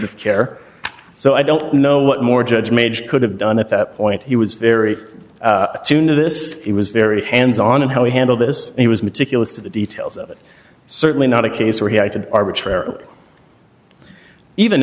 of care so i don't know what more judge maged could have done at that point he was very attuned to this he was very hands on and how he handled this he was meticulous to the details of it certainly not a case where he acted arbitrarily even